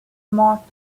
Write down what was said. marked